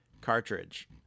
cartridge